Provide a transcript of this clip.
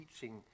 teaching